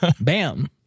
Bam